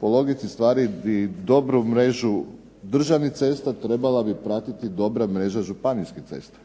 po logici stvari bi dobru mrežu državnih cesta trebala bi pratiti dobra mreža županijskih cesta.